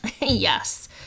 yes